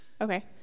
Okay